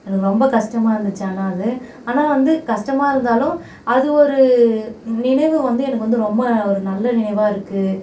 எனக்கு ரொம்ப கஷ்டமாக இருந்துச்சு ஆனால் அது ஆனால் வந்து கஷ்டமாக இருந்தாலும் அது ஒரு நினைவு வந்து எனக்கு வந்து ரொம்ப ஒரு நல்ல நினைவாக இருக்குது